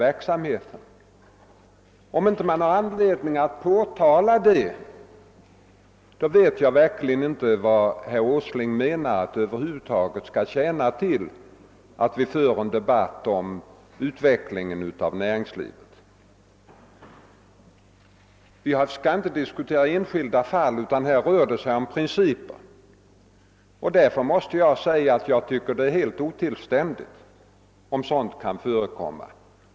Om man inte har anledning att påtala sådana saker vet jag verkligen inte, herr Åsling, vad det över huvud taget tjänar till att föra en debatt om utvecklingen av näringslivet. Jag skall inte diskutera enskilda fall, utan här rör det sig om principer. Därför tycker jag det är helt otillständigt om sådant här kan förekomma.